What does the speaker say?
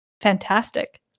fantastic